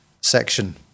section